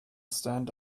stand